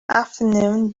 afternoon